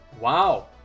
Wow